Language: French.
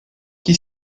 qui